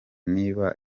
niba